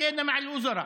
כמה פעמים ללא תוצאות,